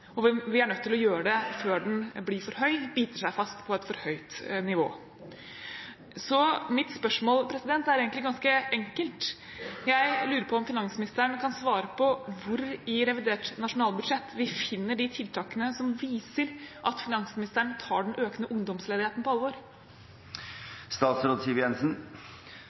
og vi er nødt til å gjøre det før den biter seg fast på et for høyt nivå. Mitt spørsmål er egentlig ganske enkelt. Jeg lurer på om finansministeren kan svare på hvor i revidert nasjonalbudsjett vi finner de tiltakene som viser at finansministeren tar den økende ungdomsledigheten på alvor.